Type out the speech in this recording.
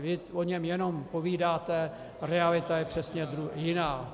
Vy o něm jenom povídáte a realita je přesně jiná.